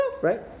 right